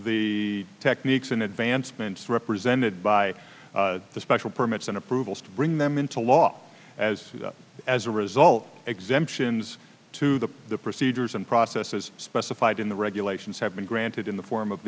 the techniques and advancements represented by the special permits and approvals to bring them into law as as a result exemptions to the procedures and processes specified in the regulations have been granted in the form of